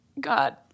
God